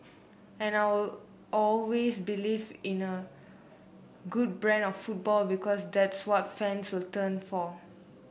and all always believed in a good brand of football because that's what fans will turn the for